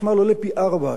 אם תחליט להשתמש,